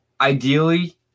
ideally